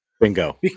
bingo